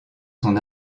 son